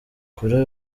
kuri